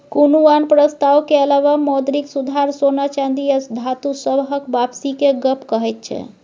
कुनु आन प्रस्ताव के अलावा मौद्रिक सुधार सोना चांदी आ धातु सबहक वापसी के गप कहैत छै